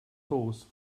horse